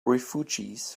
refugees